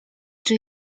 czy